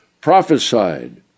Prophesied